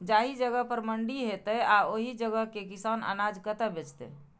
जाहि जगह पर मंडी हैते आ ओहि जगह के किसान अनाज कतय बेचते?